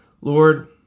Lord